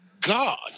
God